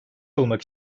olmak